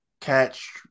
catch